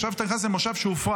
עכשיו אתה נכנס למושב שהופרט,